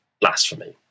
blasphemy